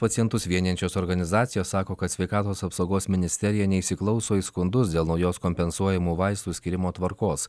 pacientus vienijančios organizacijos sako kad sveikatos apsaugos ministerija neįsiklauso į skundus dėl naujos kompensuojamų vaistų skyrimo tvarkos